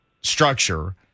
structure